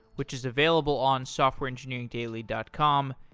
which is available on softwareengineeringdaily dot com.